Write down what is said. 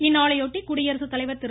இந்நாளையொட்டி குடியரசுத்தலைவர் திரு